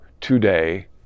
today